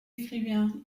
écrivains